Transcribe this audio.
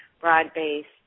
broad-based